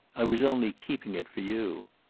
i was only keeping it for you.